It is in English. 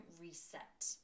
reset